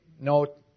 note